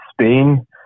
Spain